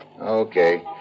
Okay